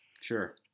Sure